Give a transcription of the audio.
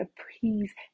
appease